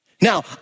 Now